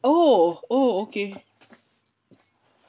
oh oo okay